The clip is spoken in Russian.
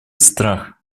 страх